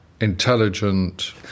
intelligent